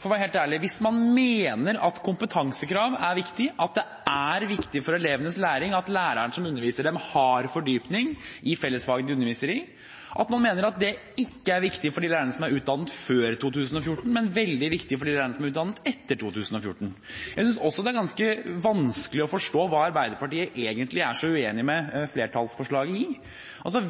for å være helt ærlig, hvis man mener at kompetansekrav er viktig, at det er viktig for elevenes læring at læreren som underviser dem, har fordypning i fellesfagene de underviser i, og så mener man at det ikke er viktig for de lærerne som er utdannet før 2014 – men altså veldig viktig for de lærerne som er utdannet etter 2014. Jeg synes også det er ganske vanskelig å forstå hva Arbeiderpartiet egentlig er så uenig i i flertallsforslaget.